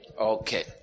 Okay